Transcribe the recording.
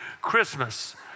Christmas